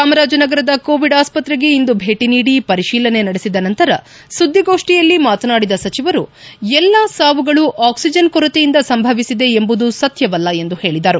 ಚಾಮರಾಜನಗರದ ಕೊವಿಡ್ ಆಸ್ಪತ್ರೆಗೆ ಇಂದು ಭೇಟಿ ನೀಡಿ ಪರಿತೀಲನೆ ನಡೆಸಿದ ನಂತರ ಸುದ್ಗಿಗೋಷ್ನಿಯಲ್ಲಿ ಮಾತನಾಡಿದ ಸಚವರು ಎಲ್ಲಾ ಸಾವುಗಳು ಆಕ್ಸಿಜನ್ ಕೊರತೆಯಿಂದ ಸಂಭವಿಸಿವೆ ಎಂಬುದು ಸತ್ಯವಲ್ಲ ಎಂದು ಹೇಳಿದರು